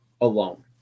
alone